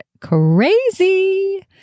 crazy